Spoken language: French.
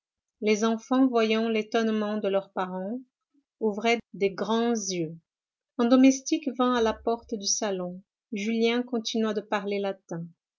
les enfants voyant l'étonnement de leurs parents ouvraient de grandes yeux un domestique vint à la porte du salon julien continua de parler